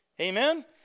Amen